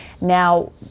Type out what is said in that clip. Now